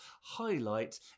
highlight